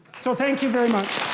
so thank you very much.